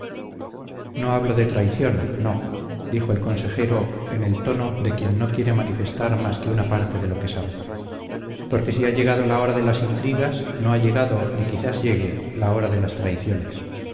no hablo de traición no dijo el consejero en el tono de quien no quiere manifestar más que una parte de lo que sabe porque si ha llegado la hora de las intrigas no ha llegado ni quizás llegue la hora de las traiciones